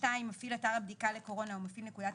מפעיל אתר הבדיקה לקורונה או מפעיל נקודת